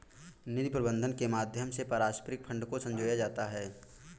निधि प्रबन्धन के माध्यम से पारस्परिक फंड को संजोया जाता है